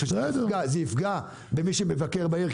זה יפגע במי שמבקר בעיר.